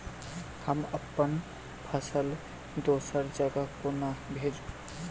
हम अप्पन फसल दोसर जगह कोना भेजू?